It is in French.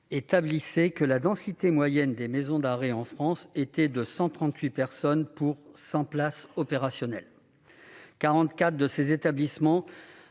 établissait que la densité moyenne des maisons d'arrêt en France était de 138 personnes pour 100 places opérationnelles, 44 de ces établissements